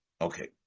Okay